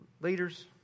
Leaders